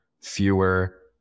fewer